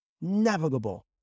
navigable